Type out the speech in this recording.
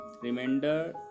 remainder